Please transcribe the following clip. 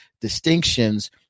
distinctions